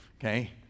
Okay